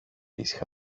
ήσυχα